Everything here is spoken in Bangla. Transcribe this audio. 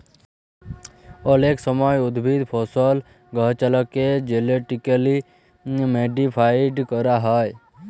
অলেক সময় উদ্ভিদ, ফসল, গাহাচলাকে জেলেটিক্যালি মডিফাইড ক্যরা হয়